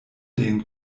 den